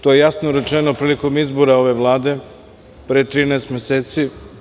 To je jasno rečeno prilikom izbora ove Vlade, pre 13 meseci.